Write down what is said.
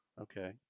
Okay